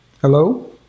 Hello